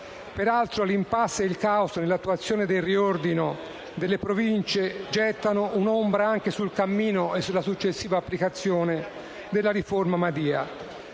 Peraltro l'*empasse* e il caos nell'attuazione del riordino delle Province gettano un'ombra anche sul cammino e sulla successiva applicazione della riforma Madia.